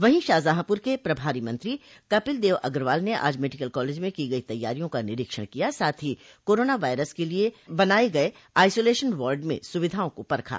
वहीं शाहजहांपुर के प्रभारी मंत्री कपिलदेव अग्रवाल ने आज मेडिकल कॉलेज में की गई तैयारियों का निरीक्षण किया साथ ही कोरोना वायरस के लिए बनाने गये आइसोलेशन वार्ड में सुविधाओं को परखा